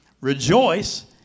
rejoice